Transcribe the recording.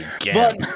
Again